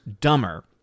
dumber